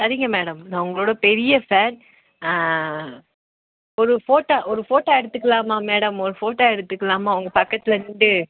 சரிங்க மேடம் நான் உங்களோட பெரிய ஃபேன் ஒரு ஃபோட்டாே ஒரு ஃபோட்டாே எடுத்துக்கலாமா மேடம் ஒரு ஃபோட்டாே எடுத்துக்கலாமா உங்கள் பக்கத்தில் நின்றுட்டு